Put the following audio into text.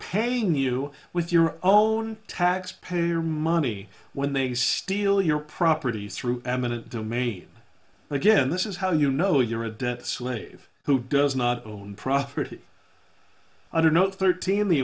paying you with your own taxpayer money when they steal your property through eminent domain again this is how you know you're a debt slave who does not own property under no thirteen